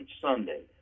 Sunday